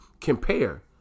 compare